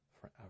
forever